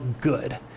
good